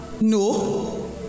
No